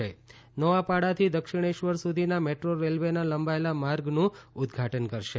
તેઓ નોઆપાડાથી દક્ષિણેશ્વર સુધીના મેટ્રો રેલ્વેના લંબાયેલા માર્ગનું ઉદ્વાટન કરશે